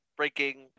breaking